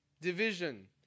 division